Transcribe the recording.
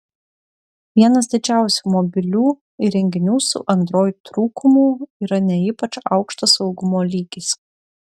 vienas didžiausių mobilių įrenginių su android trūkumų yra ne ypač aukštas saugumo lygis